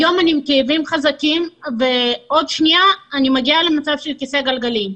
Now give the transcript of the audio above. היום אני עם כאבים חזקים ועוד שנייה אני מגיעה למצב של כיסא גלגלים.